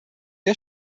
der